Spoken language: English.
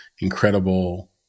incredible